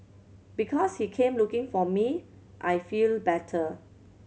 because he came looking for me I feel better